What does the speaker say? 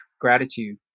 gratitude